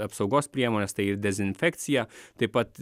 apsaugos priemones tai ir dezinfekciją taip pat